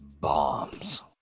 bombs